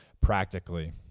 practically